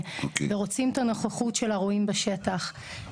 ורוצים את הנוכחות של הרועים בשטח.